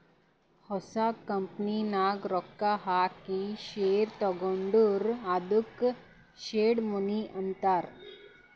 ಹೊಸ ಕಂಪನಿ ನಾಗ್ ರೊಕ್ಕಾ ಹಾಕಿ ಶೇರ್ ತಗೊಂಡುರ್ ಅದ್ದುಕ ಸೀಡ್ ಮನಿ ಅಂತಾರ್